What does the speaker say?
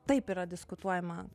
taip yra diskutuojama